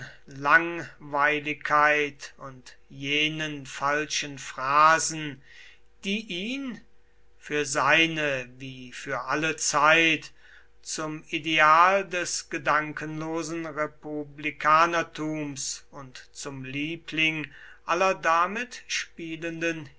langweiligkeit und jenen falschen phrasen die ihn für seine wie für alle zeit zum ideal des gedankenlosen republikanertums und zum liebling aller damit spielenden